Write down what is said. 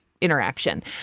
interaction